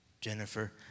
Jennifer